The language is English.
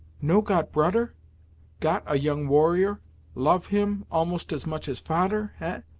no got broder got a young warrior love him, almost as much as fader, ah?